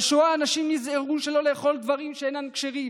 בשואה אנשים נזהרו שלא לאכול דברים שאינם כשרים,